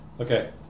Okay